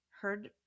heard